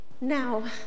Now